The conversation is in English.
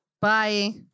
Bye